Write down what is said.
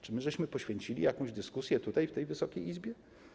Czy myśmy temu poświęcili jakąś dyskusję tutaj, w tej Wysokiej Izbie?